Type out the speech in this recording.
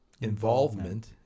involvement